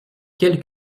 quel